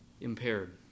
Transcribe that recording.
Impaired